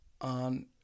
on